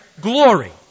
glory